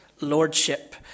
lordship